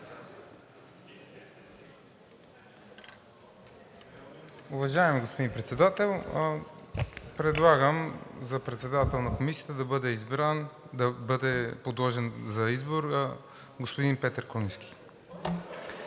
Уважаеми господин Председател, предлагам за председател на Комисията да бъде подложен на избор господин Петър Куленски.